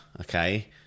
Okay